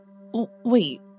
Wait